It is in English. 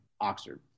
Oxford